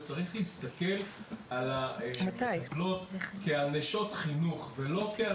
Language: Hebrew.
וצריך להסתכל על המטפלות כעל נשות חינוך ולא כעל